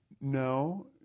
no